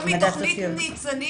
יותר מתוכנית ניצנים?